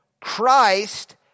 Christ